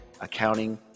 accounting